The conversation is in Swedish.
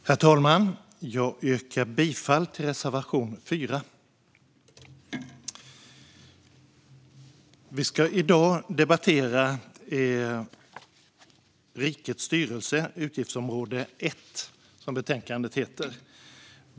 Herr talman! Jag yrkar bifall till reservation 4. Vi ska i dag debattera Utgiftsområde 1 Rikets styrelse , som betänkandet heter.